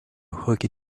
hockey